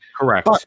Correct